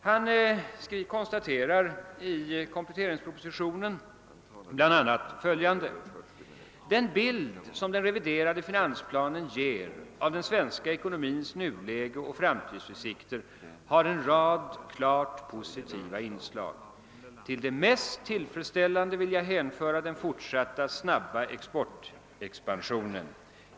Han konstaterar i kompletteringspropositionen bl.a. följande: »Den bild som den reviderade finansplanen ger av den svenska ekonomins nuläge och framtidsutsikter har en rad klart positiva inslag. Till det mest tillfredsställande vill jag hänföra den fortsatt snabba exportexpansionen.